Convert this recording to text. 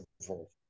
involved